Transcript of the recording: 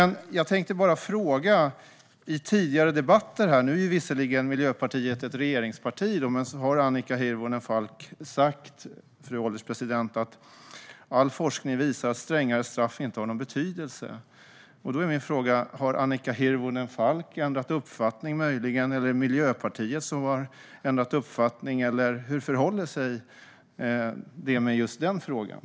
Nu är Miljöpartiet visserligen ett regeringsparti. Men Annika Hirvonen Falk har i tidigare debatter sagt att all forskning visar att strängare straff inte har någon betydelse. Då är min fråga: Har Annika Hirvonen Falk möjligen ändrat uppfattning, eller är det Miljöpartiet som har ändrat uppfattning eller hur förhåller det sig med just den frågan?